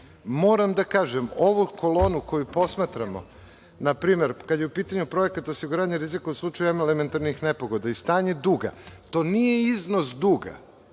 moram da kažem, ovu kolonu koju posmatramo, na primer, kada je u pitanju projekat osiguranja rizika u slučaju elementarnih nepogoda i stanje duga, to nije iznos duga.